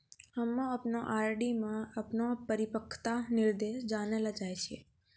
हम्मे अपनो आर.डी मे अपनो परिपक्वता निर्देश जानै ले चाहै छियै